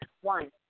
One